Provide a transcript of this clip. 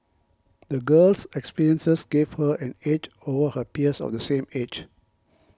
the girl's experiences gave her an edge over her peers of the same age